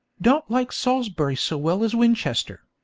don't like salisbury so well as winchester.